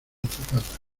azafatas